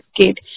kid